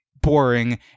boring